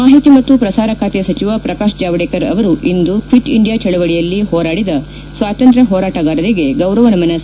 ಮಾಹಿತಿ ಮತ್ತು ಪ್ರಸಾರ ಖಾತೆ ಸಚಿವ ಪ್ರಕಾಶ್ ಜಾವಡೇಕರ್ ಅವರು ಇಂದು ಕ್ಟಿಟ್ ಇಂಡಿಯಾ ಚಳವಳಯಲ್ಲಿ ಹೋರಾಡಿದ ಸ್ವಾತಂತ್ರ್ವ ಹೋರಾಟಗಾರರಿಗೆ ಗೌರವ ನಮನ ಸಲ್ಲಿಸಿದರು